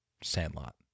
Sandlot